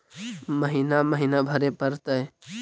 महिना महिना भरे परतैय?